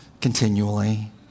Continually